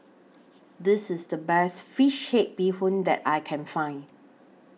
This IS The Best Fish Head Bee Hoon that I Can Find